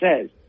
says